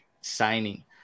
signing